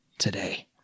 Today